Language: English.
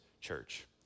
church